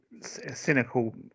cynical